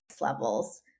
levels